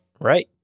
Right